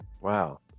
wow